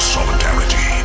Solidarity